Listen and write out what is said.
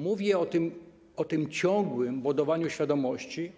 Mówię o ciągłym budowaniu świadomości,